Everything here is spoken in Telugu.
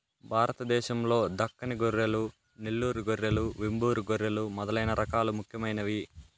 భారతదేశం లో దక్కని గొర్రెలు, నెల్లూరు గొర్రెలు, వెంబూరు గొర్రెలు మొదలైన రకాలు ముఖ్యమైనవి